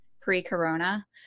pre-corona